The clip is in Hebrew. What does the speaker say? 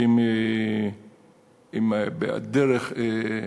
שחשבתם שבדרך של,